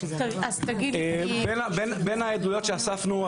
בין העדויות שאספנו,